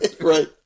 Right